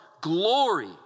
glory